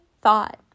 thought